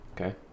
okay